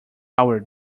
our